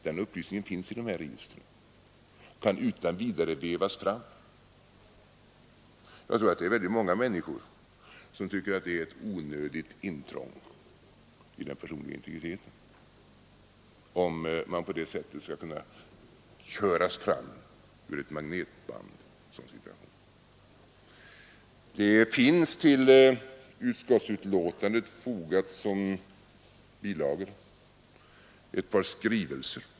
Den uppgiften finns i dessa register och kan utan vidare vevas fram. Jag tror att många människor tycker att det skulle vara ett onödigt intrång i den personliga integriteten att kunna köras fram ur ett magnetband i en sådan situation. Till utskottet har inkommit ett par skrivelser.